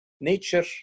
nature